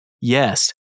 Yes